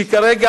שכרגע